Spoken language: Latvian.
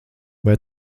vai